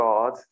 God